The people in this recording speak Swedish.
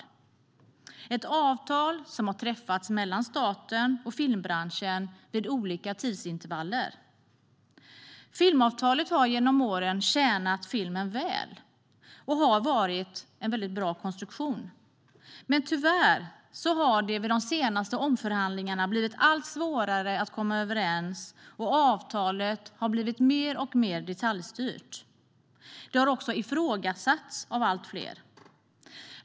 Det har varit ett avtal som har träffats mellan staten och filmbranschen vid olika tidsintervaller. Filmavtalet har genom åren tjänat filmen väl och har varit en bra konstruktion. Men tyvärr har det vid de senaste omförhandlingarna blivit allt svårare att komma överens, och avtalet har blivit mer och mer detaljstyrt. Det har också ifrågasatts av allt fler.